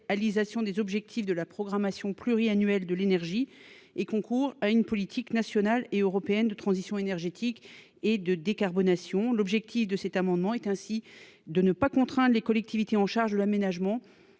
Alisa sur des objectifs de la programmation pluriannuelle de l'énergie et concourent à une politique nationale et européenne de transition énergétique et de décarbonation, l'objectif de cet amendement est ainsi de ne pas contraindre les collectivités en charge de l'aménagement